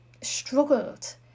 struggled